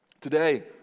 today